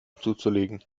zuzulegen